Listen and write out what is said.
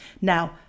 now